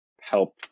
help